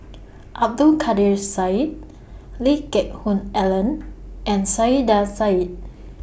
Abdul Kadir Syed Lee Geck Hoon Ellen and Saiedah Said